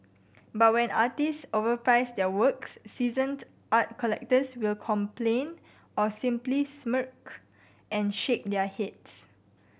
but when artists overprice their works seasoned art collectors will complain or simply smirk and shake their heads